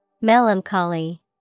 Melancholy